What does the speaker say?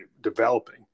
developing